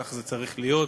כך זה צריך להיות.